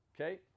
okay